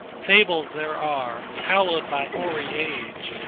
fables there are, hallowed by hoary age,